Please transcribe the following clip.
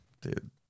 dude